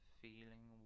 feeling